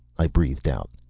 i breathed out.